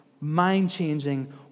mind-changing